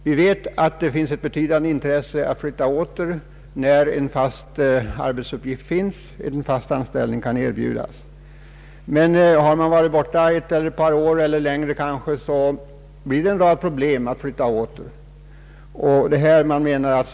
Vi vet att det finns ett betydande intresse hos folk att flytta åter, om en fast anställning kan erbjudas. Har man varit borta ett eller ett par år, kanske längre tid, uppstår en rad problem och kostnader i samband med en återflyttning.